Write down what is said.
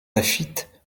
lafitte